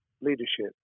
leadership